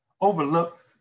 overlook